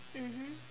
mmhmm